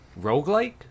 roguelike